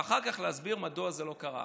ואחר כך להסביר מדוע זה לא קרה.